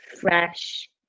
fresh